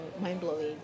mind-blowing